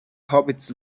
hobbits